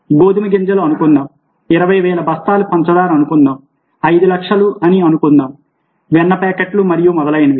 గోధుమ గింజలు అనుకుందాం 20000 బస్తాల పంచదార అనుకుందాం 500000 అని అనుకుందాం వెన్న ప్యాకెట్లు మరియు మొదలైనవి